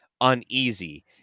uneasy